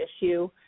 issue